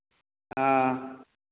हाँ